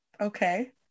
Okay